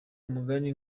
umugani